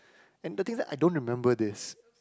and the thing is I don't remember this